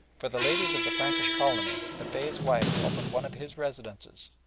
for the ladies of the frankish colony the bey's wife opened one of his residences,